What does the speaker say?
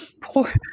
poor